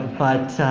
but